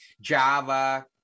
java